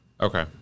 Okay